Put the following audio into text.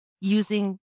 using